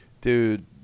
Dude